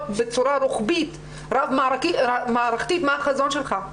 בצורה רוחבית רב מערכתית מה החזון שלך.